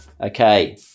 Okay